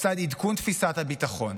לצד עדכון תפיסת הביטחון.